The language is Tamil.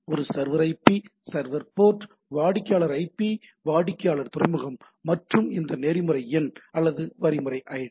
ஒரு சர்வர் ஐபி சர்வர் போர்ட் வாடிக்கையாளர் ஐபி வாடிக்கையாளர் துறைமுகம் மற்றும் இந்த நெறிமுறை எண் அல்லது வரைமுறை ஐடி